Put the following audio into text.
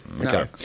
Okay